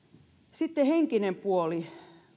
sitten henkinen puoli